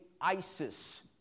ISIS